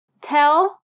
Tell